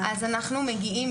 אז אנחנו מגיעים.